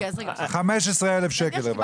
השתכרתי 15,000 שקלים.